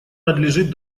надлежит